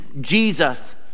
Jesus